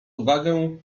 uwagę